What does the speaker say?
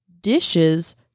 dishes